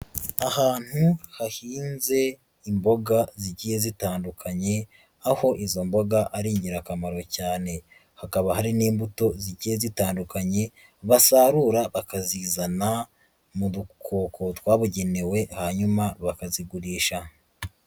Ahantu hahinze imboga zigiye zitandukanye, aho izo mboga ari ingirakamaro cyane, hakaba hari n'imbuto zigiye zitandukanye, basarura bakazizana mu dukoko twabugenewe hanyuma bakazigurisha.